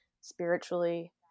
spiritually